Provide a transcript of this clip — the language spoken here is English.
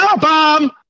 bomb